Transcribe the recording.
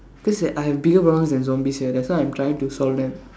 just that I have bigger problems than zombies here that's why I'm trying to solve them